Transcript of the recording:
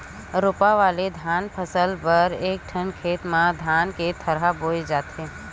रोपा वाले धान फसल बर एकठन खेत म धान के थरहा बोए जाथे